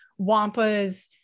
wampas